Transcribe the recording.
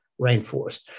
rainforest